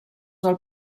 del